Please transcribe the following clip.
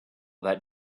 that